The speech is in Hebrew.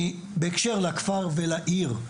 בהקשר לכפר ולעיר,